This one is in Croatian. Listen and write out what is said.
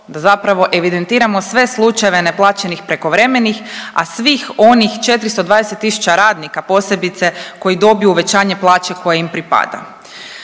da zapravo evidentiramo sve slučajeve neplaćenih prekovremenih, a svih onih 420 tisuća radnika, posebice koji dobiju uvećanje plaće koje im pripada.